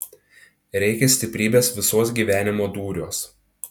reikia stiprybės visuos gyvenimo dūriuos